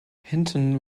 hinton